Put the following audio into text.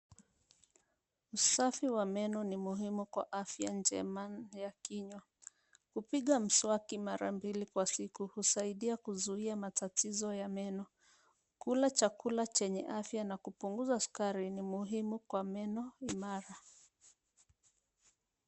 Usafi wa meno ni muhimu kwa afya njema ya kinywa. Kupiga mswaki mara mbili kwa siku husaidia kuzuia matatizo ya meno. Kula chakula chenye afya na kupunguza sukari ni muhimu kwa meno imara.